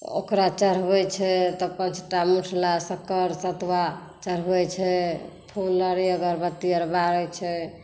ओकरा चढ़बै छै तऽ पाँचटा मूठला शक़्कर सतुआ चढ़बै छै फूल अउरी अगरबत्ती अओ र बारै छै